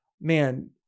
man